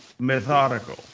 Methodical